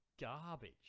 garbage